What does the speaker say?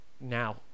Now